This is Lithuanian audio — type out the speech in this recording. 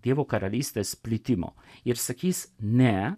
dievo karalystės plitimo ir sakys ne